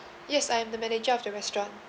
yes I am the manager of the restaurant